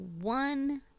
one